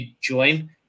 join